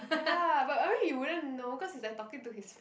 ya but only you wouldn't know cause is like talking to his